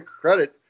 credit